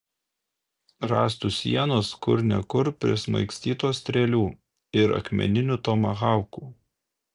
rąstų sienos kur ne kur prismaigstytos strėlių ir akmeninių tomahaukų